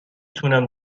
تونم